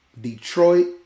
Detroit